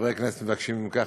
חברי כנסת מבקשים: אם כך,